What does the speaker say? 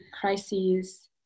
Crises